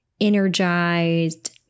energized